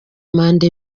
manda